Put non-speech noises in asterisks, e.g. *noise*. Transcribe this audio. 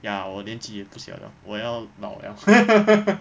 ya 我年纪也不小 liao 我要老 liao *laughs*